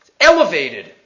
elevated